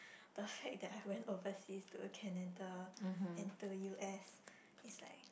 the fact that I went overseas to Canada and to U_S it's like